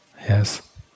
Yes